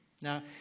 Now